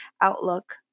outlook